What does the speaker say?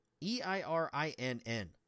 E-I-R-I-N-N